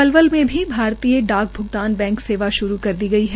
पलवल में भी भारतीय डाक भ्गतान बैंक सेवा शुरू कर दी गई है